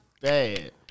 bad